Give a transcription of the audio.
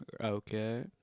okay